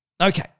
Okay